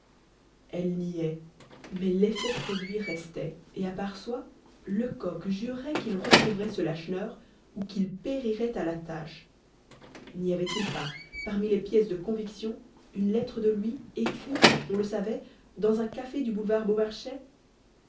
elle niait mais l'effet produit restait et à part soi lecoq jurait qu'il retrouverait ce lacheneur ou qu'il périrait à la tâche n'y avait-il pas parmi les pièces de conviction une lettre de lui écrite on le savait dans un café du boulevard beaumarchais